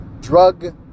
drug